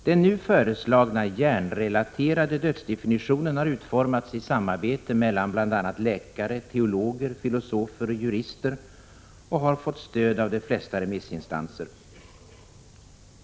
Den nu föreslagna, hjärnrelaterade dödsdefinitionen har utformats i samarbete mellan bl.a. läkare, teologer, filosofer och jurister och har fått stöd av de flesta remissinstanser.